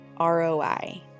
ROI